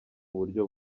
buryo